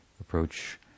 approach